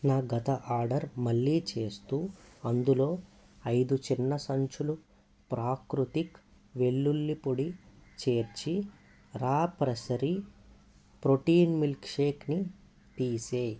నా గత ఆర్డర్ మళ్ళీ చేస్తూ అందులో ఐదు చిన్న సంచులు ప్రాకృతిక్ వెల్లుల్లి పొడి చేర్చి రా ప్రెసరీ ప్రోటీన్ మిల్క్షేక్ని తీసేయి